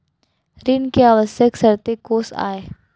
ऋण के आवश्यक शर्तें कोस आय?